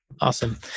Awesome